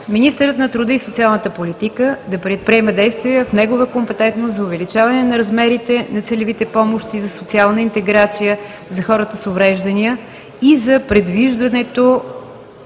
Министърът на труда и социалната политика да предприеме действия в негова компетентност за увеличаване на размерите на целевите помощи за социална интеграция за хората с увреждания и за предвиждането